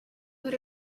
what